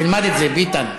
תלמד את זה, ביטן.